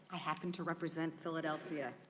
i happen to represent philadelphia.